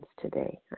today